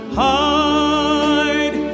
hide